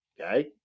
okay